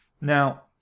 Now